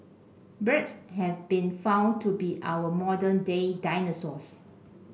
birds have been found to be our modern day dinosaurs